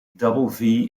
double